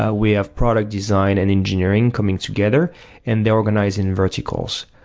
ah we have product design and engineering coming together and they're organizing verticals.